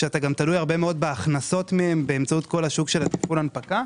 כשאתה תלוי מאוד בהכנסות ממנה באמצעות כל השוק של תפעול ההנפקה.